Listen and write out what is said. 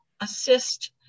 assist